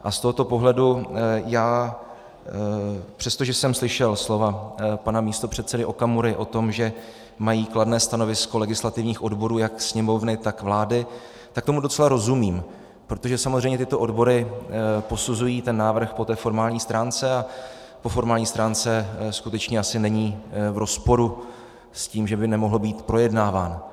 A z tohoto pohledu já přesto, že jsem slyšel slova pana místopředsedy Okamury o tom, že mají kladné stanovisko legislativních odborů jak Sněmovny, tak vlády, tak tomu docela rozumím, protože samozřejmě tyto odbory posuzují návrh po formální stránce a po formální stránce skutečně asi není v rozporu s tím, že by nemohl být projednáván.